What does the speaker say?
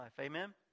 Amen